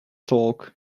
talk